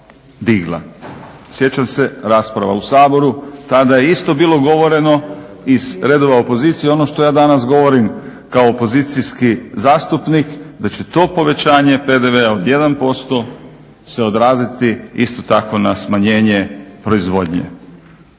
Sjećam se rasprava u Saboru tada je isto bilo govoreno iz redova opozicije ono što ja danas govorim kao opozicijski zastupnik, da će to povećanje PDV-a od 1% se odraziti isto tako na smanjenje proizvodnje.